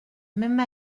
même